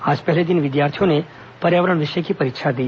आज पहले दिन विद्यार्थियों ने पर्यावरण विषय की परीक्षा दी